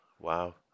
Wow